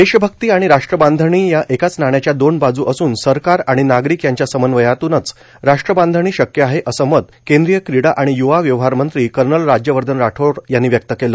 देशभक्ती आणि राष्ट्रबांधणी या एकाच नाण्याच्या दोन बाजू असून सरकार आणि नागरिक यांच्या समन्वयातूनच राष्ट्रबांधणी शक्य आहे असं मत केंद्रीय क्रीडा आणि यूवा व्यवहार मंत्री कर्नल राज्यवर्धन राठोड यांनी व्यक्त केलं